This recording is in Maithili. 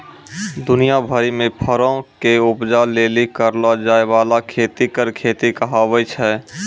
दुनिया भरि मे फरो के उपजा लेली करलो जाय बाला खेती फर खेती कहाबै छै